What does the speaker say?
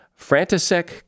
Frantisek